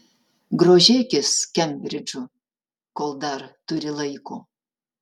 grožėkis kembridžu kol dar turi laiko